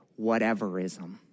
whateverism